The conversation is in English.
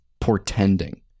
portending